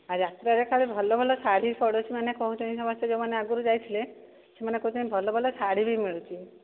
ଆଉ ଯାତ୍ରାରେ କୁଆଡ଼େ ଭଲ ଭଲ ଶାଢ଼ୀ ପଡ଼ୁଛି ପଡ଼ୋଶୀ ମାନେ କହୁଛନ୍ତି ସମସ୍ତେ ଯେଉଁମାନେ ଆଗରୁ ଯାଇଥିଲେ ସେମାନେ କହୁଛନ୍ତି ଭଲ ଭଲ ଶାଢ଼ୀ ବି ମିଳୁଛି